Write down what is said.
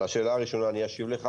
על השאלה הראשונה אני אשיב לך.